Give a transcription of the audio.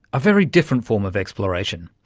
a very different form of exploration.